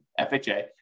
FHA